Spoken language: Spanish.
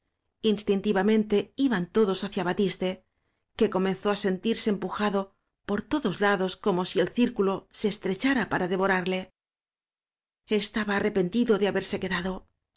instintivamente iban todos ha cia batiste que comenzó á sentirse empujado por todos lados como si el círculo se estrecha ra para devorarle estaba arrepentido de haberse quedado